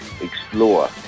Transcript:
explore